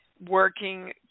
working